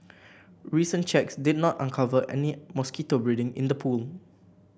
recent checks did not uncover any mosquito breeding in the pool